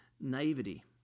naivety